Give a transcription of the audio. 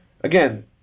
Again